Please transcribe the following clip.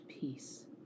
peace